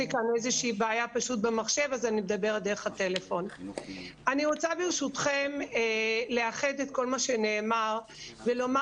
אני רוצה ברשותכם לאחד את כל מה שנאמר ולומר